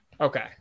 Okay